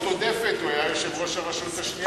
עודפת הוא היה יושב-ראש הרשות השנייה.